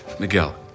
Miguel